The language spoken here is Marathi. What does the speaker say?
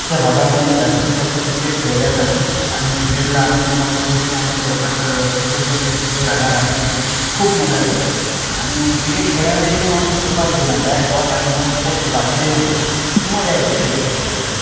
आमच्या भागामध्ये जास्तीत जास्त क्रिकेट खेळली जाते आणि क्रिकेटला आम्ही खूप महत्व देतो आणि जवळपास सगळेच मित्र सुट्टीवर आल्यावर आम्ही क्रिकेटची खूप मजा करतो आणि क्रिकेट खेळायला ही की नाही मस्त सोपा गेम आहे बॅट बॉल आणि बस पोट्टे बाकी काही नाही पाहिजे मजा येते क्रिकेट खेळण्यासाठी